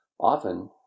Often